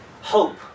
Hope